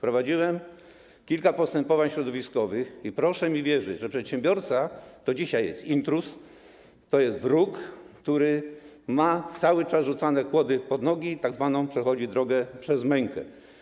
Prowadziłem kilka postępowań środowiskowych i proszę mi wierzyć, że przedsiębiorca to dzisiaj jest intruz, to jest wróg, któremu cały czas rzucane są kłody pod nogi i który przechodzi tzw. drogę przez mękę.